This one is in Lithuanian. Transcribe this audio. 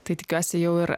tai tikiuosi jau ir